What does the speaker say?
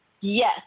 Yes